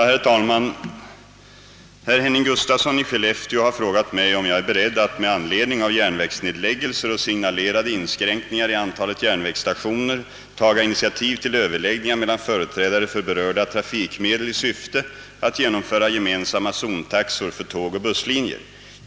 Herr talman! Herr Gustafsson i Skellefteå har frågat mig, om jag är beredd att, med anledning av järnvägsnedläggelser och signalerade inskränkningar i antalet järnvägsstationer, taga initiativ till överläggningar mellan företrädare för berörda trafikmedel i syfte att genomföra gemensamma zontaxor för tågoch busslinjer.